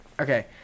Okay